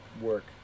work